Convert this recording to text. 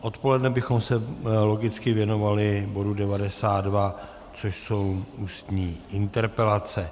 Odpoledne bychom se logicky věnovali bodu 92, což jsou ústní interpelace.